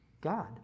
God